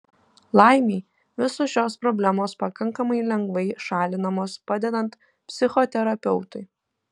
laimei visos šios problemos pakankamai lengvai šalinamos padedant psichoterapeutui